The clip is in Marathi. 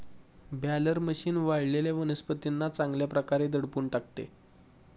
बॅलर मशीन वाळलेल्या वनस्पतींना चांगल्या प्रकारे दडपून टाकते